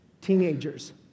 Teenagers